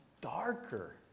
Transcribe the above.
darker